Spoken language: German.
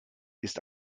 ist